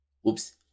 Whoops